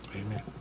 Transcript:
Amen